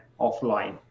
offline